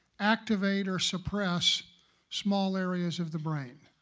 activate or suppress small areas of the brain.